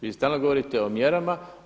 Vi stalno govorite o mjerama.